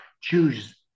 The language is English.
choose